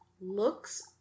looks